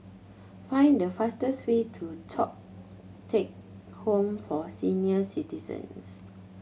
find the fastest way to Thong Teck Home for Senior Citizens